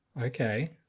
Okay